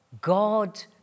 God